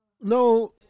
no